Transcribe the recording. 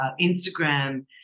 Instagram